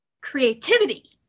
creativity